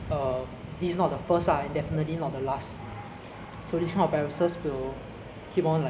err there's no true evidence that it's come from bat lah so we uh do not know any